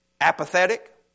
apathetic